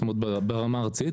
זאת אומרת ברמה הארצית.